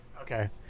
Okay